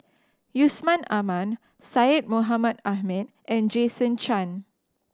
Yusman Aman Syed Mohamed Ahmed and Jason Chan